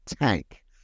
tank